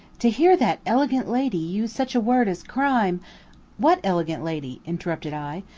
to hear that elegant lady use such a word as crime what elegant lady? interrupted i.